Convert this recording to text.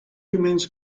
remains